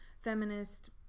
feminist